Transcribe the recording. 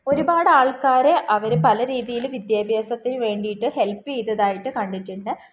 ഒരുപാട് ആൾക്കാർ അവർ പല രീതിയിൽ വിദ്യാഭ്യാസത്തിനു വേണ്ടിയിട്ട് ഹെല്പ് ചെയ്തതായിട്ട് കണ്ടിട്ടുണ്ട്